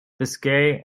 biscay